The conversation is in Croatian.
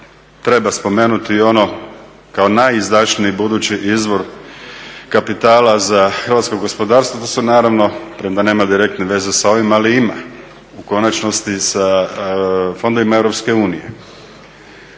treba spomenuti ono kao najizdašniji budući izvor kapitala za hrvatsko gospodarstva to su naravno premda nema direktne veze sa ovim ali ima u konačnosti sa fondovima EU.